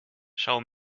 schau